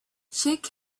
shake